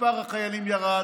מספר החיילים ירד,